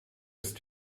ist